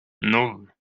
nan